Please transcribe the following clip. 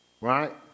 Right